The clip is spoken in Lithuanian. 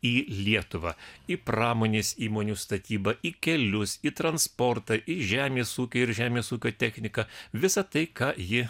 į lietuvą į pramonės įmonių statybą į kelius į transportą į žemės ūkio ir žemės ūkio techniką visa tai ką ji